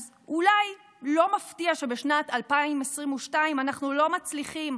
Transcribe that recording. אז אולי לא מפתיע שבשנת 2022 אנחנו לא מצליחים